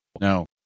Now